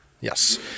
Yes